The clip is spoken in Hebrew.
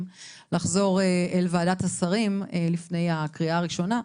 לחזור אל ועדת השרים לפני הקריאה הראשונה,